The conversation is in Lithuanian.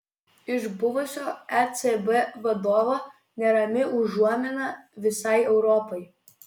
iš buvusio ecb vadovo nerami užuomina visai europai